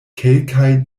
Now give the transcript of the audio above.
kelkaj